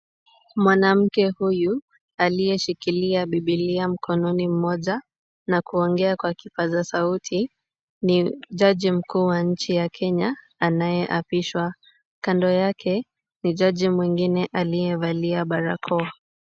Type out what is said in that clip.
Mwanamke huyu aliyeshikilia bibilia mkononi mmoja na kuongea kwa kipaza sauti, ni jaji mkuu wa nchi ya Kenya anayeapishwa. Kando yake ni jaji mwingine aliyevalia barakoa.